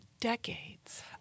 decades